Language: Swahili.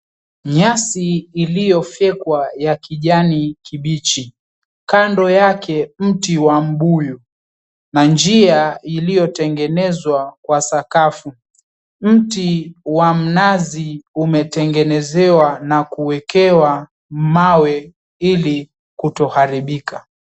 Nyasi iliyofyekwa ya kijani kibichi. Kando yake mti wa mbuyu na njia iliotengenezwa kwa sakafu. Mti wa mnazi umetengenezewa na kuwekewa mawe ili kutoharibika.